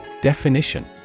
Definition